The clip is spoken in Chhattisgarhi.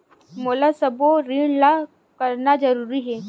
मोला सबो ऋण ला करना जरूरी हे?